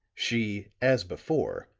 she, as before,